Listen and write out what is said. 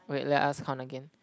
wait let us count again